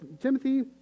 Timothy